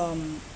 um